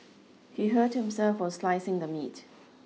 he hurt himself while slicing the meat